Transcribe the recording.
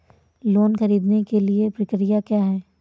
Loan ख़रीदने के लिए प्रक्रिया क्या है?